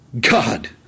God